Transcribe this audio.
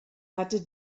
hatte